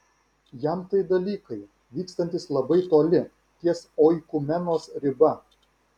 jam tai dalykai vykstantys labai toli ties oikumenos riba